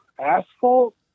asphalt